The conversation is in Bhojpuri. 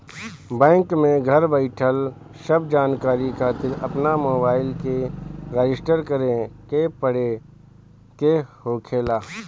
बैंक में घर बईठल सब जानकारी खातिर अपन मोबाईल के रजिस्टर करे के पड़े के होखेला